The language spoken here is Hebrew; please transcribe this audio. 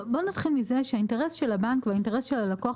בוא נתחיל מזה שהאינטרס של הבנק והאינטרס של הלקוח